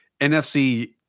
NFC